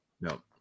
No